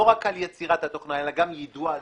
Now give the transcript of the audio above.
לא רק על יצירת התוכנה אלא גם יידוע הלקוחות,